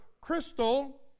crystal